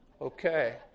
Okay